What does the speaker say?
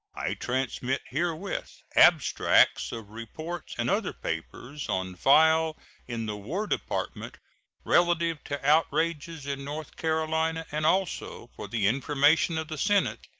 i transmit herewith abstracts of reports and other papers on file in the war department relative to outrages in north carolina, and also, for the information of the senate,